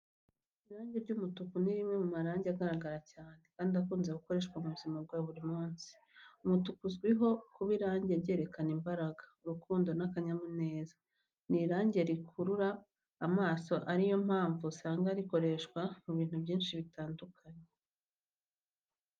Irangi ry’umutuku ni rimwe mu marangi agaragara cyane kandi akunze gukoreshwa mu buzima bwa buri munsi. Umutuku uzwiho kuba irangi ryerekana imbaraga, urukundo, n’akanyamuneza. Ni irangi rikurura amaso, ari yo mpamvu usanga rikoreshwa mu bintu byinshi bitandukanye.